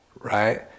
Right